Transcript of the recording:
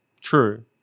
true